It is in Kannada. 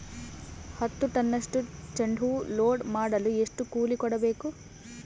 ಹತ್ತು ಟನ್ನಷ್ಟು ಚೆಂಡುಹೂ ಲೋಡ್ ಮಾಡಲು ಎಷ್ಟು ಕೂಲಿ ಕೊಡಬೇಕು?